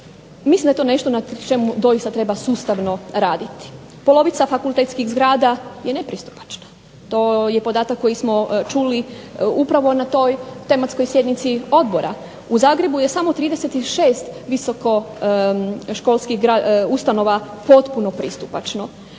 Mislim da je to nešto na čemu doista treba sustavno raditi. Polovica fakultetskih zgrada je nepristupačna, to je podatak koji smo čuli upravo na toj tematskoj sjednici odbora. U Zagrebu je samo 36 visokoškolskih ustanova potpuno pristupačno.